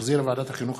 שהחזירה ועדת החינוך,